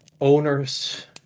owners